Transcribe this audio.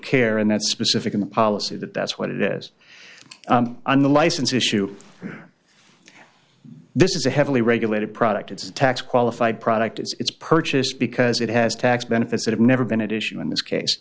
care in that specific in a policy that that's what it is on the license issue this is a heavily regulated product it's a tax qualified product it's purchased because it has tax benefits that have never been at issue in this case